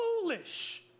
foolish